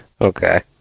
Okay